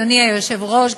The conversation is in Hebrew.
אדוני היושב-ראש,